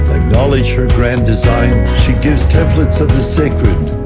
acknowledge her grand design, she gives templates of the sacred,